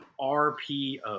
RPO